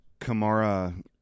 Kamara